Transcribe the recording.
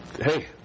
Hey